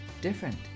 different